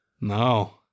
No